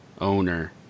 owner